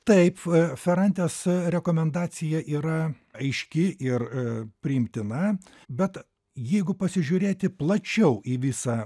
taip ferantės rekomendacija yra aiški ir priimtina bet jeigu pasižiūrėti plačiau į visą